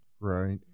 Right